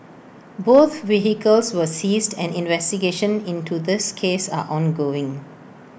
both vehicles were seized and investigations into this case are ongoing